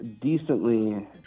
decently